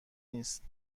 نیست